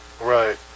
Right